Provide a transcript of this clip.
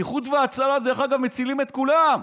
איחוד הצלה, דרך אגב, מצילים את כולם.